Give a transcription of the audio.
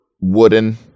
wooden